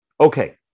Okay